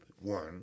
one